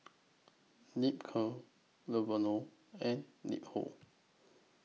Ripcurl and LiHo